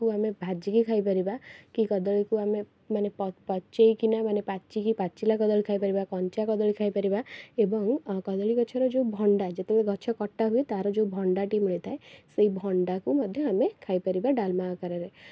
କୁ ଆମେ ଭାଜିକି ଖାଇପାରିବା କି କଦଳୀକୁ ଆମେ ମାନେ ପଚେଇକିନା ମାନେ ପାଚିକି ପାଚିଲାକଦଳୀ ଖାଇପାରିବା କଞ୍ଚାକଦଳୀ ଖାଇପାରିବା ଏବଂ କଦଳୀଗଛର ଯେଉଁ ଭଣ୍ଡା ଯେତେବେଳେ ଗଛ କଟାହୁଏ ତାର ଯେଉଁ ଭଣ୍ଡାଟି ମିଳିଥାଏ ସେଇ ଭଣ୍ଡାକୁ ମଧ୍ୟ ଆମେ ଖାଇପାରିବା ଡାଲମା ଆକାରରେ